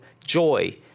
joy